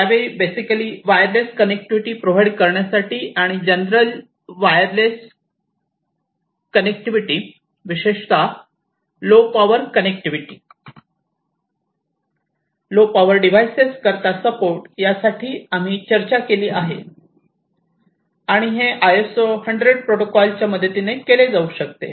त्यावेळी basically wireless connectivity provide करण्यासाठी आणि जनरल इंडस्ट्रियल वायरलेस कनेक्टिव्हिटी विशेषत low power connectivity low power devices करीता सपोर्ट यासाठी आम्ही यावर चर्चा केली आणि हे ISA 100 प्रोटोकॉल च्या मदतीने केले जाऊ शकते